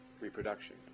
reproduction